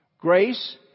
Grace